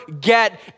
get